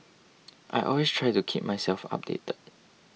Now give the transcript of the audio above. I always try to keep myself updated